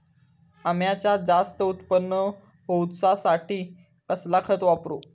अम्याचा जास्त उत्पन्न होवचासाठी कसला खत वापरू?